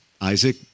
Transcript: Isaac